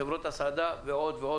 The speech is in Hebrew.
חברות הסעדה ועוד.